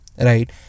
Right